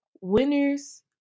winners